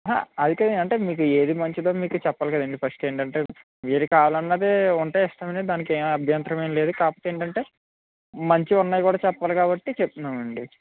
అది కాదండి అంటే మీకు ఏది మంచిదో మీకు చెప్పాలి కదండి ఫస్ట్ ఏంటి అంటే మీరు కావాలన్నదే ఉంటే ఇస్తామండి దానికేమి అభ్యంతరం ఏం లేదు కాకపోతే ఏంటంటే మంచివి ఉన్నవి కూడా చెప్పాలి కాబట్టి చెప్తున్నాము అండి